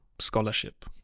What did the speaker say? scholarship